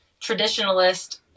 traditionalist